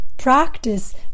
Practice